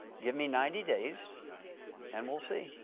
give me ninety days and we'll see.